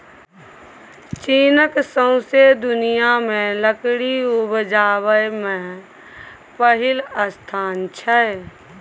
चीनक सौंसे दुनियाँ मे लकड़ी उपजाबै मे पहिल स्थान छै